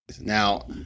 Now